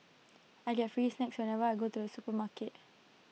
I get free snacks whenever I go to the supermarket